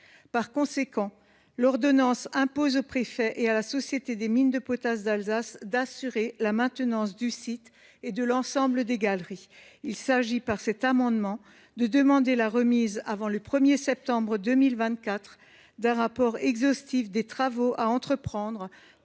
Par conséquent, l’ordonnance impose au préfet et à la société des Mines de potasse d’Alsace d’assurer la maintenance du site et de l’ensemble des galeries. Le présent amendement vise à demander la remise, avant le 1 septembre 2024, d’un rapport exhaustif relatif aux travaux à entreprendre